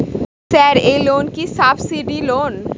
Sir এই loan কি subsidy loan?